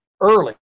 early